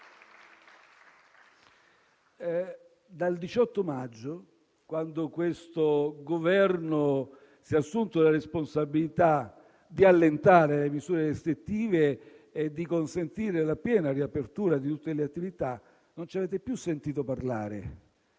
Dal 18 maggio, quando questo Governo si è assunto la responsabilità di allentare le misure restrittive e di consentire la piena riapertura di tutte le attività, on ci avete più sentito parlare